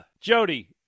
Jody